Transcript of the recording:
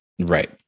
right